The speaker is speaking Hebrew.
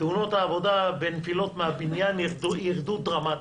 תאונות העבודה ונפילות מהבניין ירדו דרמטית.